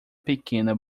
pequena